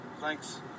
thanks